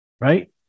right